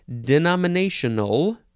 Denominational